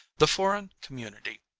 the foreign com munity,